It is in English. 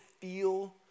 feel